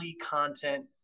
content